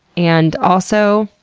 and also,